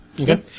Okay